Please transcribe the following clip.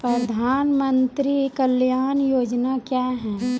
प्रधानमंत्री कल्याण योजना क्या हैं?